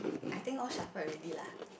I think all shuffled already lah